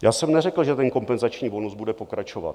Já jsem neřekl, že kompenzační bonus bude pokračovat.